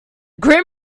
grim